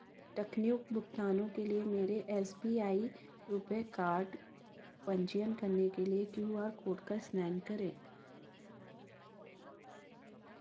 टकन युक्त भुगतानों के लिए मेरे S B I RuPay card पंजीयन करने के लिए क्यू आर कोड को स्नैन करें